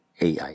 AI